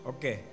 Okay